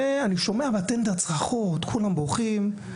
ואני שומע מהטנדר צרחות, כולם בוכים.